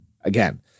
again